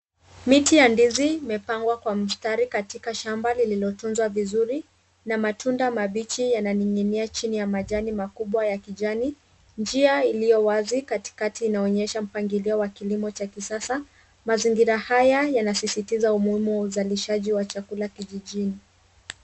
Miti ya ndizi imepangwa kwa mstari katika shamba lililotunzwa vizuri na matunda mabichi yananing'inia chini ya majani makubwa ya kijani. Njia iliyo wazi katikati inaonyesha mpangilio wa kilimo cha kisasa. Mazingira haya yanasisitiza umuhimu wa uzalishaji wa chakula kijijini.